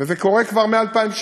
וזה קורה כבר מ-2016,